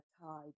tide